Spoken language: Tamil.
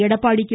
எடப்பாடி கே